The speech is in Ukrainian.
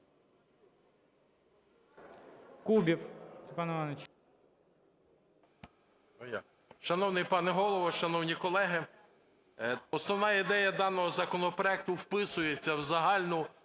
Кубів Степан Іванович.